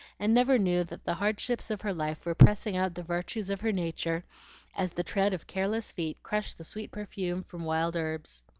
and never knew that the hardships of her life were pressing out the virtues of her nature as the tread of careless feet crush the sweet perfume from wild herbs.